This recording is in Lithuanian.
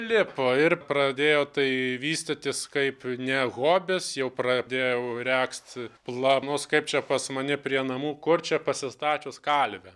lipo ir pradėjo tai vystytis kaip ne hobis jau pradėjau regzt planus kaip čia pas mane prie namų kur čia pasistačius kalvę